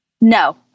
No